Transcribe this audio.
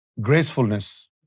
gracefulness